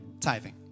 tithing